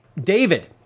David